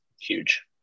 huge